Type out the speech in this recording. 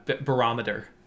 barometer